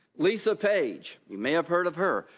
lisa page, you may have heard of her.